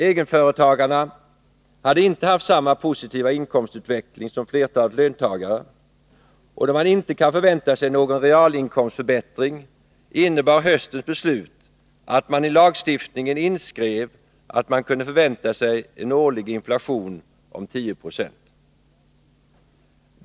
Egenföretagarna hade inte haft samma positiva inkomstutveckling som flertalet löntagare, och då man inte kan förvänta sig någon realinkomstförbättring innebar höstens beslut att man i lagstiftningen skrev in att man kunde förvänta sig en årlig inflation om 10 96.